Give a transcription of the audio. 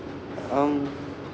um